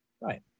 Right